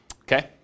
okay